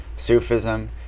Sufism